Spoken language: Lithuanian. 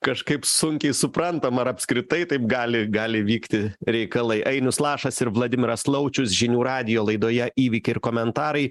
kažkaip sunkiai suprantama ar apskritai taip gali gali vykti reikalai ainius lašas ir vladimiras laučius žinių radijo laidoje įvykiai ir komentarai